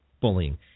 bullying